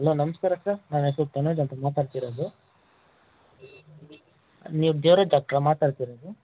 hello ನಮಸ್ಕಾರ sir ನನ್ನ ಹೆಸ್ರು ತನುಜ್ ಅಂತ ಮಾತಾಡ್ತಿರೋದು ನೀವು ದೇವರಾಜ್ ಡಾಕ್ಟ್ರ ಮಾತಾಡ್ತಿರೋದು